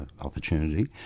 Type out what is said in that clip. opportunity